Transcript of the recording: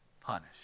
punished